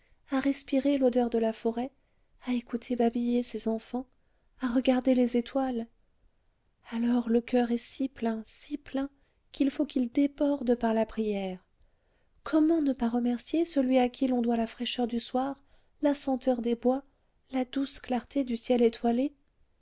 à respirer l'odeur de la forêt à écouter babiller ses enfants à regarder les étoiles alors le coeur est si plein si plein qu'il faut qu'il déborde par la prière comment ne pas remercier celui à qui l'on doit la fraîcheur du soir la senteur des bois la douce clarté du ciel étoilé